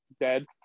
dead